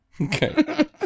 Okay